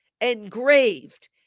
engraved